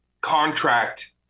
contract